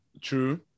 True